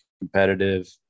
competitive